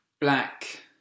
black